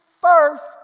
first